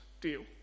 deal